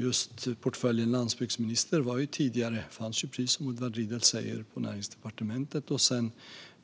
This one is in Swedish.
Just portföljen landsbygdsminister fanns tidigare, precis som Edward Riedl säger, på Näringsdepartementet.